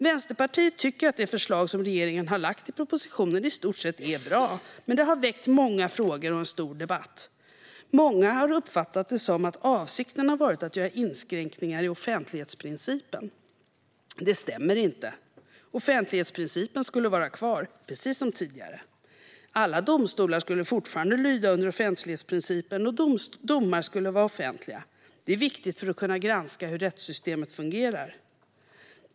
Vänsterpartiet tycker att det förslag som regeringen har lagt fram i propositionen är i stort sett bra, men det har väckt många frågor och en stor debatt. Många har uppfattat det som att avsikten har varit att göra inskränkningar i offentlighetsprincipen. Det stämmer inte. Offentlighetsprincipen ska vara kvar, precis som tidigare. Alla domstolar ska fortfarande lyda under offentlighetsprincipen, och domar ska vara offentliga. Det är viktigt för att kunna granska hur rättssystemet fungerar.